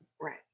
Right